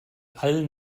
allen